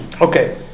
Okay